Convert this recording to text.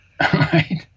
Right